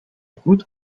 could